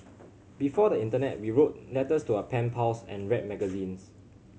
before the internet we wrote letters to our pen pals and read magazines